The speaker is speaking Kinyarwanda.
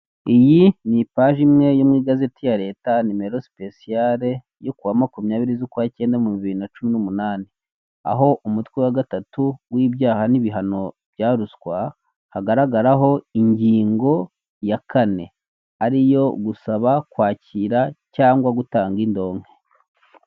Iyi ni ipaji imwe yo mu igazeti ya leta nimero sipesiyare yo ku makumyabiri z'ukwakenda mu bihumbi bibiri na cumi n'umanani, aho umutwe wa gatatu w'ibyaha n'ibihano bya ruswa hagaragaraho ingingo ya kane ariyo gusaba, kwakira cyangwa gutanga indonke.